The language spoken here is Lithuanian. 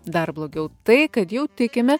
dar blogiau tai kad jau tikime